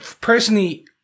personally